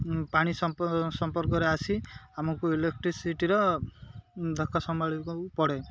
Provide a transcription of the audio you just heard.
ପାଣି ସମ୍ପର୍କରେ ଆସି ଆମକୁ ଇଲେକ୍ଟ୍ରିସିଟିର ଧକ୍କା ସମ୍ଭଳିବାକୁ ପଡ଼େ